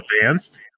advanced